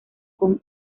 con